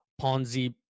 Ponzi